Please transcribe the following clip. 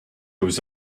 was